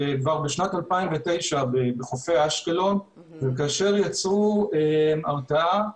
כבר בשנת 2009, בחופי אשקלון, וכאשר יצרו הרתעה,